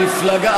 בבקשה.